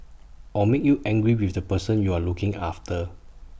or make you angry with the person you're looking after